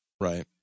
Right